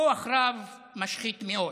כוח רב משחית מאוד.